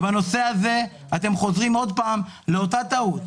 בנושא הזה אתם חוזרים שוב לאותה טעות.